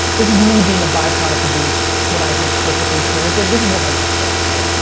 this is me being a byproduct of being what i think perfectly parented. this is what my mom did. yeah.